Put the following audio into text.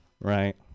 right